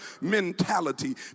mentality